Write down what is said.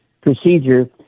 procedure